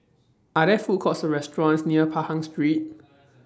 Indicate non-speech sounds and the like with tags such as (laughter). Are There Food Courts Or restaurants near Pahang Street (noise)